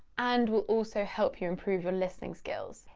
and will also help you improve your listening skills.